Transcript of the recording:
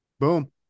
Boom